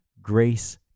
grace